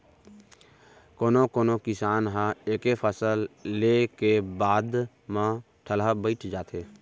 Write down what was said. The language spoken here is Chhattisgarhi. कोनो कोनो किसान ह एके फसल ले के बाद म ठलहा बइठ जाथे